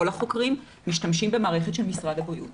כל החוקרים משתמשים במערכת של משרד הבריאות.